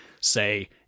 say